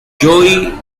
joey